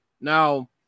Now